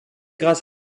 grâce